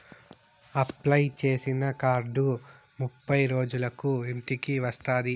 apply చేసిన card ముప్పై రోజులకు ఇంటికి వస్తాది